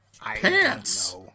pants